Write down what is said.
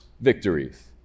victories